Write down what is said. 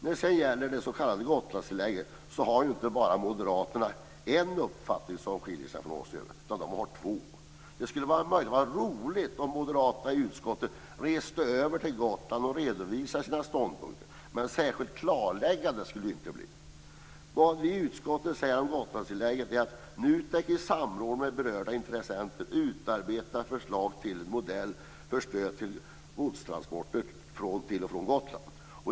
Moderaterna i utskottet har inte bara en uppfattning om Gotlandstillägget som skiljer sig från de övrigas, utan de har två. Det skulle möjligen vara roligt om moderaterna i utskottet reste över till Gotland och redovisade sina ståndpunkter, men särskilt klarläggande skulle det inte bli. När det gäller Gotlandstillägget säger vi i utskottet att NUTEK i samråd med berörda intressenter utarbetar förslag till en modell för stöd till godstransporter till och från Gotland.